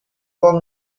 con